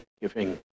giving